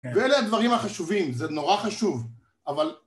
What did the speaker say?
ואלה הדברים החשובים, זה נורא חשוב, אבל...